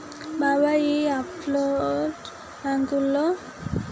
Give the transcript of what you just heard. బాబాయ్ ఈ ఆఫ్షోర్ బాంకుల్లో పైసలు ఏ యాపారాలకు వాడకుండా ఈ బాంకు సూత్తది